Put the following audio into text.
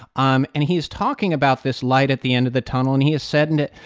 um and he is talking about this light at the end of the tunnel, and he has said and it,